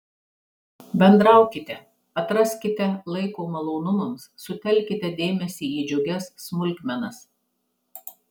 bendraukite atraskite laiko malonumams sutelkite dėmesį į džiugias smulkmenas